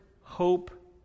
hope